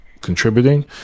contributing